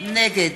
נגד